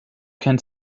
can